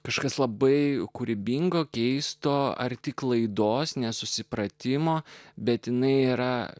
kažkas labai kūrybingo keisto ar tik klaidos nesusipratimo bet jinai yra